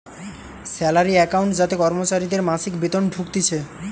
salary account যাতে কর্মচারীদের মাসিক বেতন ঢুকতিছে